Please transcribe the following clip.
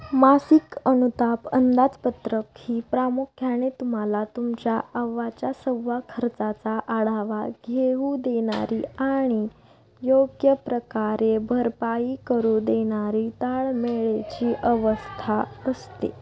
मासिक अनुताप अंदाजपत्रक ही प्रामुख्याने तुम्हाला तुमच्या अव्वाच्या सव्वा खर्चाचा आढावा घेऊ देणारी आणि योग्य प्रकारे भरपाई करू देणारी ताळमेळाची अवस्था असते